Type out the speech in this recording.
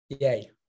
Yay